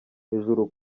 hejuru